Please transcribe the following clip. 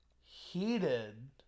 heated